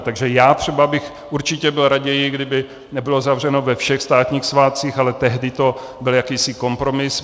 Takže já třeba bych určitě byl raději, kdyby nebylo zavřeno ve všech státních svátcích, ale tehdy to byl jakýsi kompromis.